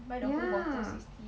ya